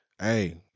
Hey